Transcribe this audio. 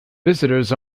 visitors